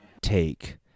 take